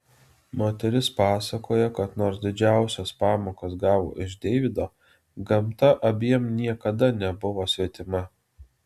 moteris pasakoja kad nors didžiausias pamokas gavo iš deivido gamta abiem niekada nebuvo svetima